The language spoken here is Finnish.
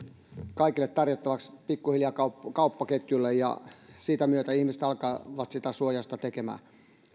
kaikille tarjottavaksi pikkuhiljaa kauppaketjuille ja sitä myötä ihmiset alkavat sitä suojausta tekemään